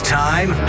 time